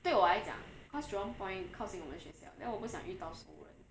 对我来讲 because jurong point 靠近我们学校 then 我不想遇到熟人